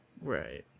Right